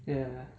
ya